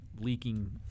leaking